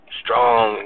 strong